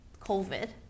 COVID